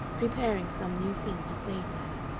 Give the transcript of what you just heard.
preparing some new thing to say to her,